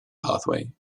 pathway